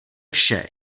vše